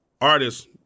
artists